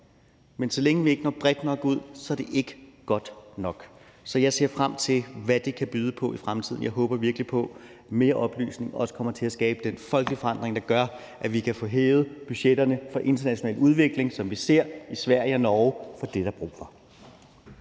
men så længe vi ikke når bredt nok ud, er det ikke godt nok. Så jeg ser frem til, hvad det kan byde på i fremtiden, og jeg håber virkelig på, at mere oplysning også kommer til at skabe den folkelige forandring, der gør, at vi kan få hævet budgetterne for international udvikling, som vi ser det i Sverige og Norge, for det er der brug